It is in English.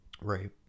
right